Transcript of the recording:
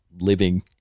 living